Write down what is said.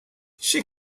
she